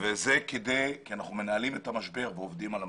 אנחנו מנהלים את המשבר ועובדים עליו.